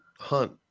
Hunt